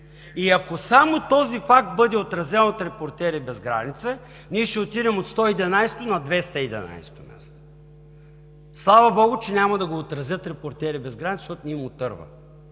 И ако само този факт бъде отразен от „Репортери без граници“, ние ще отидем от 111-о на 211-о място. Слава богу, че няма да го отразят „Репортери без граници“, защото не им отърва.